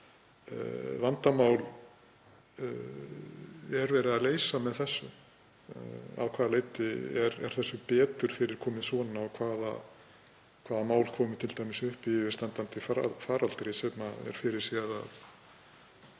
vandamál er verið að leysa með þessu? Að hvaða leyti er hlutunum betur fyrir komið svona? Hvaða mál komu t.d. upp í yfirstandandi faraldri sem er fyrirséð að